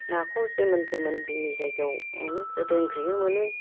नाखौ जेमोन थेमोन जोंनि जायगायाव मोनो गोदोनिफ्रायनो मोनो